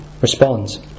responds